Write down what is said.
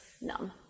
numb